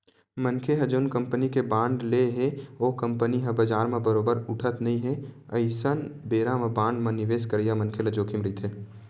मनखे ह जउन कंपनी के बांड ले हे ओ कंपनी ह बजार म बरोबर उठत नइ हे अइसन बेरा म बांड म निवेस करइया मनखे ल जोखिम रहिथे